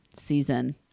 season